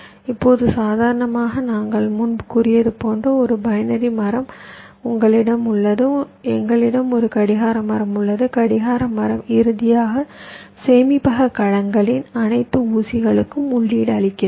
இப்போது சாதாரணமாக நாங்கள் முன்பு கூறியது போன்ற ஒரு பைனரி மரம் உங்களிடம் உள்ளது எங்களிடம் ஒரு கடிகார மரம் உள்ளது கடிகார மரம் இறுதியாக சேமிப்பக கலங்களின் அனைத்து ஊசிகளுக்கும் உள்ளீடு அளிக்கிறது